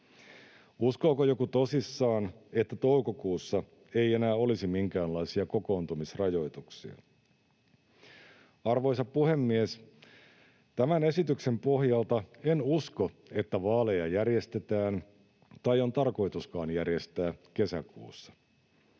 Uskooko joku tosissaan, että toukokuussa ei enää olisi minkäänlaisia kokoontumisrajoituksia? Arvoisa puhemies! Tämän esityksen pohjalta en usko, että vaaleja järjestetään tai on tarkoituskaan järjestää kesäkuussa.